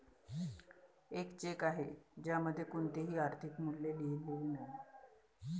एक चेक आहे ज्यामध्ये कोणतेही आर्थिक मूल्य लिहिलेले नाही